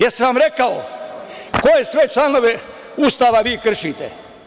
Da li sam vam rekao koje sve članove Ustava vi kršite?